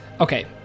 Okay